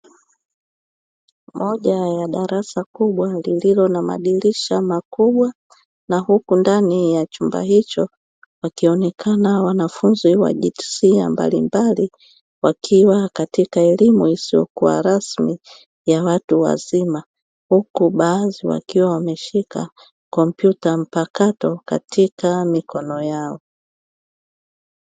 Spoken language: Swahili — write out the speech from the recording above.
Moja ya darasa kubwa lililo na madirisha makubwa na huku ndani ya chumba hicho wakionekana wanafunzi wa jinsia mbalimbali, wakiwa katika elimu isiyokuwa rasmi ya watu wazima huku baadhi wakiwa wameshika kompyuta mpakato katika mikono yao.